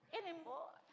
anymore